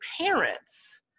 parents